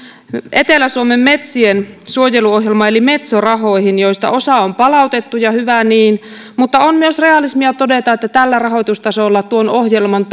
etelä suomen metsien suojeluohjelmaan eli metso rahoihin joista osa on palautettu ja hyvä niin mutta on myös realismia todeta että tällä rahoitustasolla tuon ohjelman